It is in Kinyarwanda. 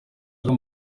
bwo